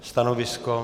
Stanovisko?